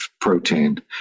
protein